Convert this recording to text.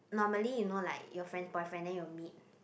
normally you know like your friend boyfriend then you meet